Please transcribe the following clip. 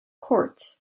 quartz